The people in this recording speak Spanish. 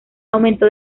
aumentó